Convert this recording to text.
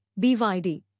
BYD